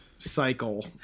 Cycle